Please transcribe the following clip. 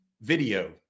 video